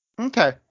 Okay